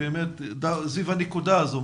סביב הנקודה הזאת,